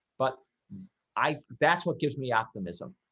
but i that's what gives me optimism